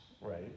right